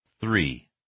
Three